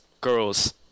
girls